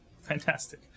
fantastic